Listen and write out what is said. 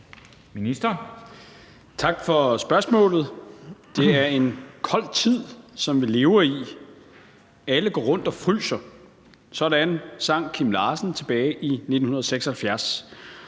Tak for spørgsmålet. »Det er en kold tid som vi lever i /alle går rundt og fryser.« Sådan sang Kim Larsen tilbage i 1976.